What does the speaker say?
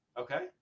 Okay